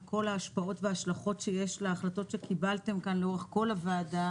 כל ההשפעות וההשלכות שיש להחלטות שקיבלתם כאן לאורך כל הוועדה